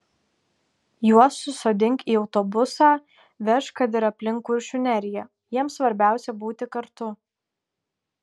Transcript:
juos susodink į autobusą vežk kad ir aplink kuršių neriją jiems svarbiausia būti kartu